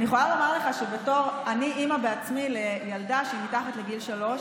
אני יכולה לומר לך שאני בעצמי אימא לילדה שהיא מתחת לגיל שלוש.